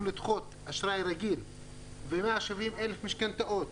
לדחות אשראי רגיל ו-170,000 משכנתאות,